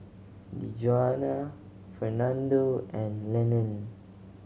Djuana Fernando and Lenon